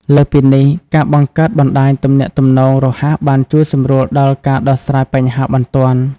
លើសពីនេះ ការបង្កើតបណ្តាញទំនាក់ទំនងរហ័សបានជួយសម្រួលដល់ការដោះស្រាយបញ្ហាបន្ទាន់។